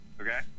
okay